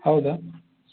ಹೌದಾ